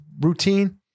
routine